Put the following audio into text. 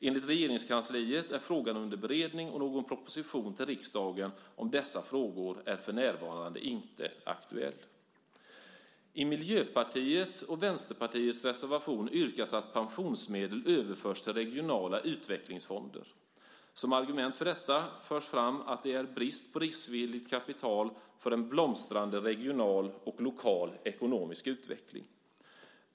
Enligt Regeringskansliet är frågan under beredning, och någon proposition till riksdagen om dessa frågor är för närvarande inte aktuell. I Miljöpartiets och Vänsterpartiets reservation yrkas att pensionsmedel överförs till regionala utvecklingsfonder. Som argument för detta förs det fram att det är brist på riskvilligt kapital för en blomstrande regional och lokal ekonomisk utveckling.